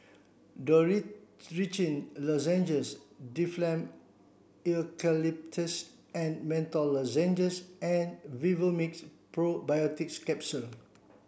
Dorithricin Lozenges Difflam Eucalyptus and Menthol Lozenges and Vivomixx Probiotics Capsule